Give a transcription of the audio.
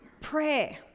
prayer